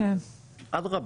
אדרבא.